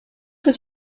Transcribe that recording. was